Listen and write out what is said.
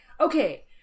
Okay